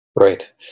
Right